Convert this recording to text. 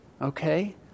Okay